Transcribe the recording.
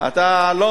אתה לא